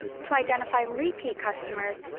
to identify repeat customers,